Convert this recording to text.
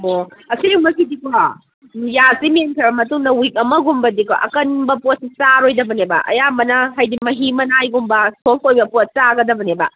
ꯑꯣ ꯑꯁꯤꯒꯨꯝꯕ ꯁꯤꯗꯤꯀꯣ ꯌꯥꯁꯤ ꯃꯦꯟꯈ꯭ꯔꯕ ꯃꯇꯨꯡꯗ ꯋꯤꯛ ꯑꯃꯒꯨꯝꯕꯗꯤꯀꯣ ꯑꯀꯟꯕ ꯄꯣꯠꯁꯤ ꯆꯥꯔꯣꯏꯗꯕꯅꯦꯕ ꯑꯌꯥꯝꯕꯅ ꯍꯥꯏꯗꯤ ꯃꯍꯤ ꯃꯅꯥꯏꯒꯨꯝꯕ ꯁꯣꯐ ꯑꯣꯏꯕ ꯄꯣꯠ ꯆꯥꯒꯗꯕꯅꯦꯕ